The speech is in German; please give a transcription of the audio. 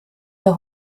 der